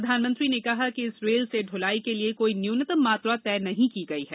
प्रधानमंत्री ने कहा कि इस रेल से दलाई के लिए कोई न्यूनतम मात्रा तय नहीं की गई है